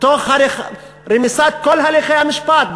תוך רמיסת כל הליכי המשפט.